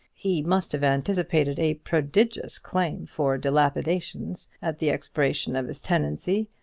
he must have anticipated a prodigious claim for dilapidations at the expiration of his tenancy.